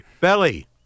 Belly